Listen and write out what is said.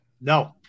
no